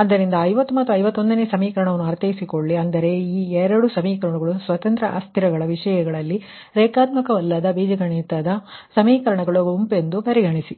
ಆದ್ದರಿಂದ 50 ಮತ್ತು 51 ಸಮೀಕರಣವನ್ನು ಅರ್ಥೈಸಿಕೊಳ್ಳಿ ಅಂದರೆ ಈ 2 ಸಮೀಕರಣಗಳು ಸ್ವತಂತ್ರ ವೇರಿಯೇಬಲ್'ಗಳ ವಿಷಯದಲ್ಲಿ ನನ್ ಲೀನಿಯರ್ ಬೀಜಗಣಿತದ ಸಮೀಕರಣಗಳ ಗುಂಪೆಂದು ಪರಿಗಣಿಸಿ